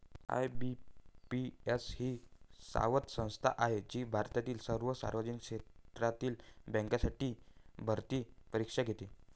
IBPS ही स्वायत्त संस्था आहे जी भारतातील सर्व सार्वजनिक क्षेत्रातील बँकांसाठी भरती परीक्षा घेते